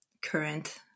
current